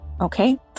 okay